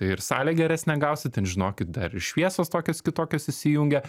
tai ir salę geresnę gausit ten žinokit dar ir šviesos tokios kitokios įsijungia